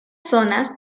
zonas